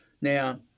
Now